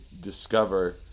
discover